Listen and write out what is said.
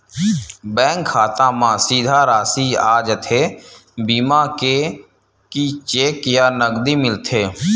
Bank खाता मा सीधा राशि आ जाथे बीमा के कि चेक या नकदी मिलथे?